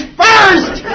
first